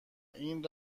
این